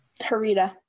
Harita